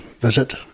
visit